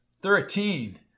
Thirteen